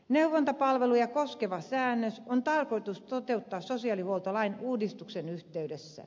neuvontapalveluja koskeva säännös on tarkoitus toteuttaa sosiaalihuoltolain uudistuksen yhteydessä